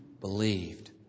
believed